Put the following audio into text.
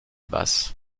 basse